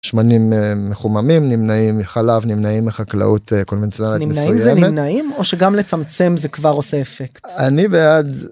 שמנים מחוממים, נמנעים מחלב, נמנעים מחקלאות קונבנציאלית. נמנעים זה נמנעים, או שגם לצמצם זה כבר עושה אפקט? אני בעד...